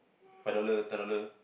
five dollar ten dollar